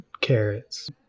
carrots